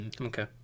okay